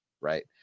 Right